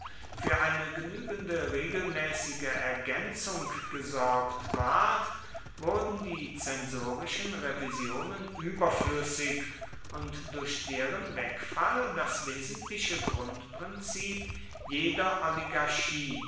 für eine genügende regelmäßige ergänzung gesorgt ward wurden die zensorischen revisionen überflüssig und durch deren wegfall das wesentliche grundprinzip jeder oligarchie